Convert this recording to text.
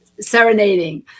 serenading